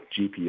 GPS